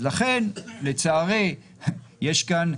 ולכן לצערי יש כאן,